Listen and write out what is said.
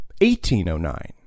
1809